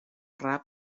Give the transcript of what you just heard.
rap